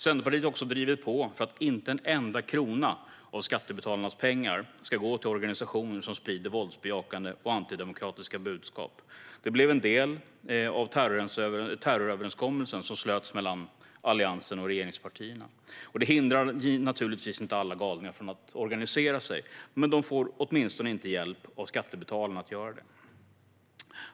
Centerpartiet har också drivit på för att inte en enda krona av skattebetalarnas pengar ska gå till organisationer som sprider våldsbejakande och antidemokratiska budskap. Detta blev en del av terroröverenskommelsen som slöts mellan Alliansen och regeringspartierna. Det hindrar naturligtvis inte alla galningar från att organisera sig, men de får åtminstone inte hjälp av skattebetalarna att göra det.